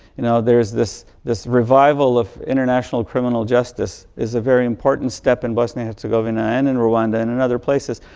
you know, there's this this revival of international criminal justice is a very important step in bosnia-herzegovina and in rwanda and in other places,